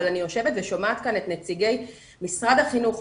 אני יושבת ושומעת כאן את נציגי משרד החינוך,